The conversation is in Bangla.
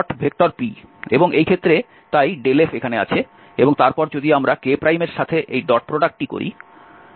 এই ∇fp এবং এই ক্ষেত্রে তাই ∇f এখানে আছে এবং তারপর যদি আমরা k এর সাথে এই ডট প্রোডাক্টটি করি স্বাভাবিকভাবে এই 2z থাকবে